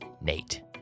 Nate